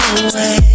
away